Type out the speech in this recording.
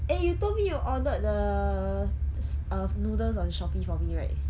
eh you told me you ordered the err noodles on shopee for me right